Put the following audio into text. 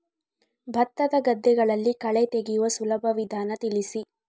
ಭತ್ತದ ಗದ್ದೆಗಳಲ್ಲಿ ಕಳೆ ತೆಗೆಯುವ ಸುಲಭ ವಿಧಾನ ತಿಳಿಸಿ?